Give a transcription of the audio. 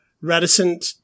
reticent